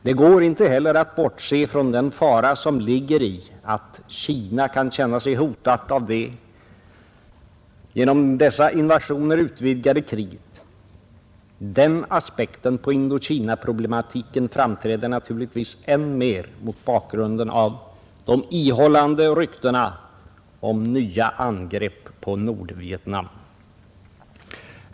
Det går inte heller att bortse från den fara som ligger i att Kina kan känna sig hotat av det genom dessa invasioner utvidgade kriget. Den aspekten på Indokinaproblematiken framträder naturligtvis än mer mot bakgrunden av de ihållande ryktena om nya angrepp på Nordvietnam.